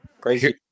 Crazy